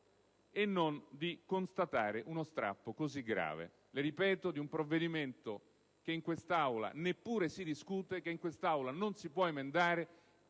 di non constatare uno strappo così grave. Le ripeto, si tratta di un provvedimento che in quest'Aula neppure si discute, che in quest'Aula non si può emendare,